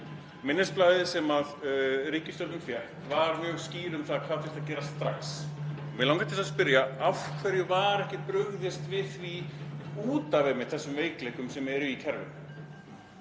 Minnisblaðið sem ríkisstjórnin fékk var mjög skýrt um það hvað þyrfti að gerast strax. Mig langar til að spyrja: Af hverju var ekki brugðist við því út af einmitt þessum veikleikum sem eru í kerfinu?